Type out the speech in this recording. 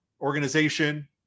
organization